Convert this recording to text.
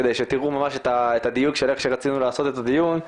כדי שתראו ממש את הדיוק של איך שרצינו לעשות את הדיון,